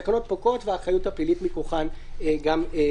התקנות פוקעות והאחריות הפלילית מכוחן מתבטלת.